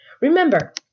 remember